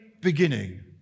beginning